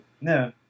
No